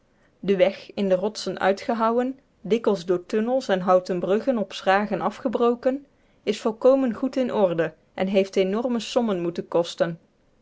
de weg in de rotsen uitgehouwen dikwijls door tunnels en houten bruggen op schragen afgebroken is volkomen goed in orde en heeft enorme sommen moeten kosten